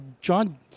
John